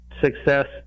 success